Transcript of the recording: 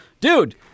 dude